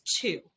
two